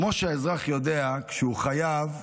כמו שהאזרח יודע, כשהוא חייב,